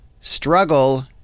struggle